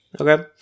okay